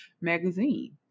magazine